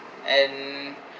and